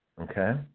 okay